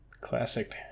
Classic